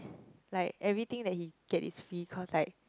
like everything that he get is free cause like